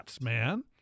man